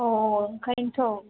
अ ओंखायनोथ'